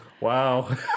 Wow